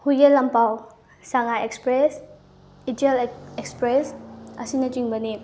Huiyen Lanpao Sangai express Ichel express ꯑꯁꯤꯅꯆꯤꯡꯕꯅꯤ